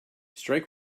strike